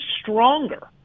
stronger